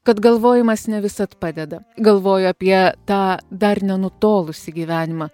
kad galvojimas ne visad padeda galvoju apie tą dar nenutolusį gyvenimą